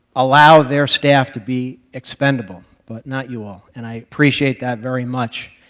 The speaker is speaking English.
allow their staff to be expendable, but not you all, and i appreciate that very much.